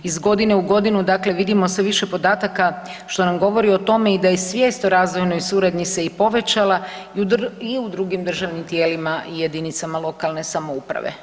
Iz godine u godinu, dakle vidimo sve više podataka što nam govori i o tome da je svijest o razvojnoj suradnji se i povećala i u drugim državnim tijelima i jedinicama lokalne samouprave.